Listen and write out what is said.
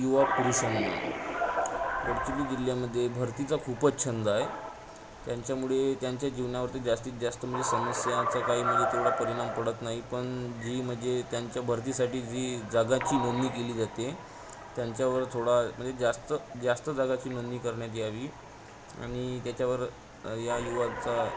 युवा पुरुषांना गडचिरोली जिल्ह्यामध्ये भरतीचा खूपच छंद आहे त्याच्यामुळे त्यांच्या जीवनावरती जास्तीत जास्त म्हणजे समस्याचा काही म्हणजे तेवढा परिणाम पडत नाही पण जी म्हणजे त्यांच्या भरतीसाठी जी जागाची नोंदणी केली जाते त्यांच्यावर थोडा म्हणजे जास्त जास्त जागाची नोंदणी करण्यात यावी आणि त्याच्यावर या युवाचा